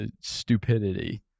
stupidity